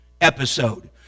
episode